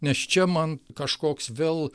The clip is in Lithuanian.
nes čia man kažkoks vėl